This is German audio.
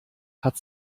hat